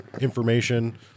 information